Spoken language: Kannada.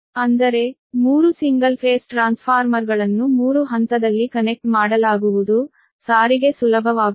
ಅಂದರೆ 3 ಸಿಂಗಲ್ ಫೇಸ್ ಟ್ರಾನ್ಸ್ಫಾರ್ಮರ್ಗಳನ್ನು 3 ಹಂತದಲ್ಲಿ ಕನೆಕ್ಟ್ ಮಾಡಲಾಗುವುದು ಟ್ರಾನ್ಸ್ಪೋರ್ಟೇಷನ್ಸುಲಭವಾಗುತ್ತದೆ